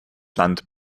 land